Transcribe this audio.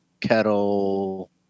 Kettle